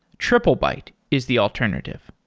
triplebyte is the alternative.